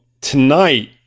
tonight-